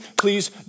please